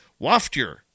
Waftier